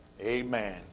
Amen